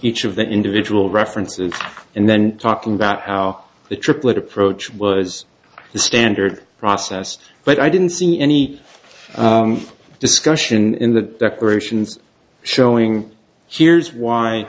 each of the individual references and then talking about how the triplet approach was the standard process but i didn't see any discussion in the versions showing here's